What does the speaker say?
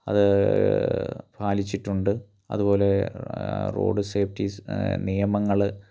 അത് പാലിച്ചിട്ടുണ്ട് അത്പോലെ റോഡ് സേഫ്റ്റിസ് നിയമങ്ങൾ